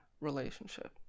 relationship